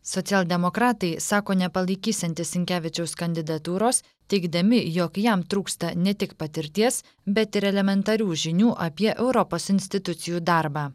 socialdemokratai sako nepalaikysiantys sinkevičiaus kandidatūros teigdami jog jam trūksta ne tik patirties bet ir elementarių žinių apie europos institucijų darbą